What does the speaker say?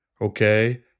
Okay